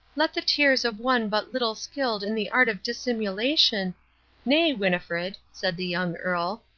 let the tears of one but little skilled in the art of dissimulation nay, winnifred, said the young earl,